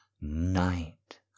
night